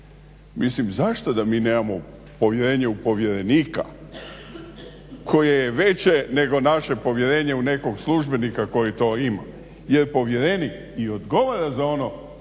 Mislim zašto da mi nemamo povjerenje u povjerenika koje je veće nego naše povjerenje u nekog službenika koji to ima jer povjerenik i odgovara za ono